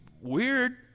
weird